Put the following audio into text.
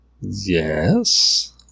Yes